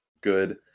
good